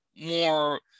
more